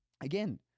again